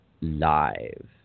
live